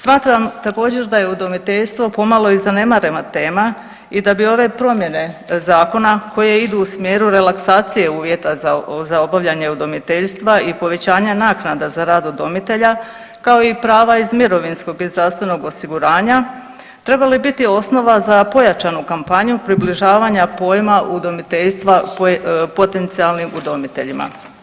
Smatram također da je udomiteljstvo pomalo i zanemarena tema i da bi ove promjene zakona koje idu u smjeru relaksacije uvjeta za obavljanje udomiteljstva i povećanja naknada za rad udomitelja, kao i prava iz mirovinskog i zdravstvenog osiguranja trebali biti osnova za pojačanu kampanju približavanja pojma udomiteljstva potencijalnim udomiteljima.